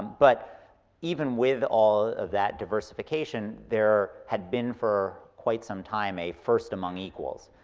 but even with all of that diversification, there had been for quite some time a first among equals.